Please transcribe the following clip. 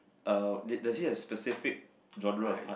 uh did does he have specific genre of art